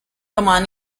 domain